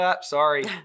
sorry